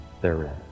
therein